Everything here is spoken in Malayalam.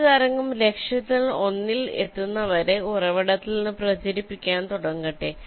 ഒരു തരംഗം ലക്ഷ്യത്തിൽ ഒന്നിൽ എത്തുന്നതുവരെ ഉറവിടത്തിൽ നിന്ന് പ്രചരിപ്പിക്കാൻ തുടങ്ങട്ടെ